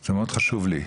זה מאד חשוב לי.